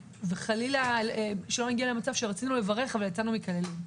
וחלילה שלא נגיע למצב שרצינו לברך אבל יצאנו מקללים.